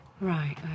Right